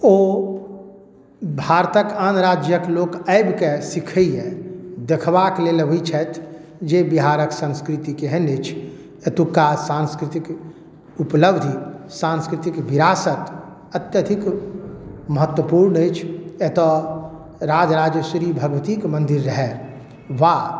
ओ भारतके आन राज्यके लोक आबिके सीखैए देखबाक लेल अबै छथि जे बिहारके संस्कृति केहन अछि एतुका सांस्कृतिक उपलब्धि सांस्कृतिक विरासत अत्यधिक महत्वपूर्ण अछि एतौ राजराजेश्वरी भगवतीके मन्दिर रहै वा